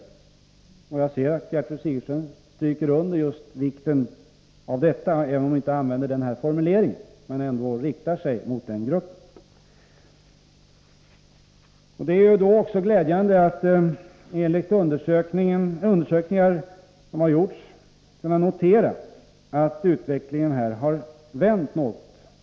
Jag noterar att Gertrud Sigurdsen stryker under vikten av just detta, även om hon inte använder den formuleringen; hon riktar sig ändå mot den gruppen. Det är då glädjande att enligt undersökningar som gjorts kunna notera att utvecklingen här har vänt något.